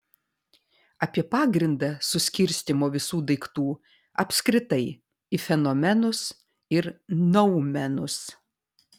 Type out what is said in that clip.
apie pagrindą suskirstymo visų daiktų apskritai į fenomenus ir noumenus